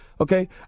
Okay